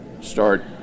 start